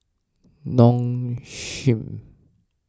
Nong Shim